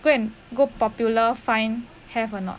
go and go popular find have or not